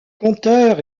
conteur